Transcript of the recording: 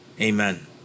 amen